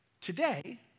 Today